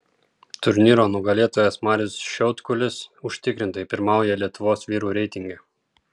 turnyro nugalėtojas marius šiaudkulis užtikrintai pirmauja lietuvos vyrų reitinge